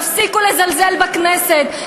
תפסיקו לזלזל בכנסת,